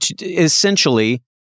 Essentially